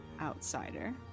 outsider